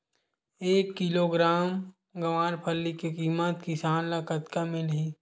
एक किलोग्राम गवारफली के किमत किसान ल कतका मिलही?